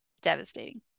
devastating